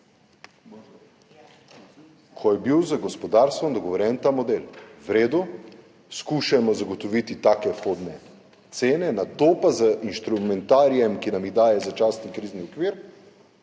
ko je bil z gospodarstvom dogovorjen ta model. V redu, skušamo zagotoviti take vhodne cene, nato pa z instrumentarijem, ki nam ga daje začasni krizni okvir,